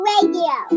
Radio